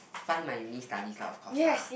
fund my uni studies lah of course lah